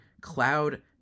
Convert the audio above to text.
cloud